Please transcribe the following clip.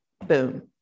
boom